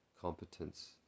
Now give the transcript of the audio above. competence